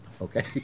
Okay